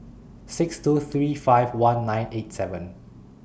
six two three five one nine eight seven